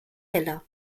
heller